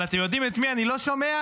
אבל אתם יודעים את מי אני לא שומע?